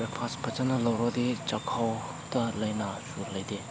breakfast ꯐꯖꯅ ꯂꯧꯔꯗꯤ ꯆꯥꯛꯈꯥꯎꯗ ꯂꯥꯏꯅꯥ ꯂꯩꯇꯦ